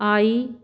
I